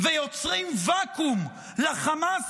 ויוצרים ואקום לחמאס